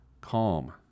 Calm